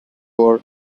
war